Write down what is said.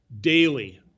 daily